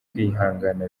kwihangana